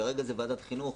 כרגע זה ועדת חינוך,